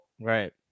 Right